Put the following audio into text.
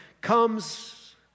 comes